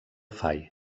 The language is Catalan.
fai